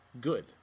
good